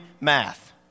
math